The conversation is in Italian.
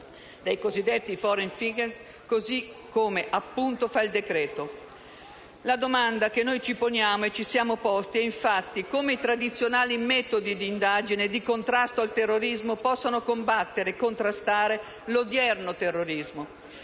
dei cosiddetti *foreign fighters*, così come appunto fa il decreto-legge. La domanda che ci poniamo e ci siamo posti è, infatti, come i tradizionali metodi d'indagine e di contrasto al terrorismo possano combattere e contrastare l'odierno terrorismo.